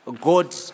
God